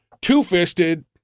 two-fisted